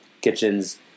kitchens